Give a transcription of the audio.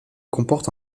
comporte